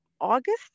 August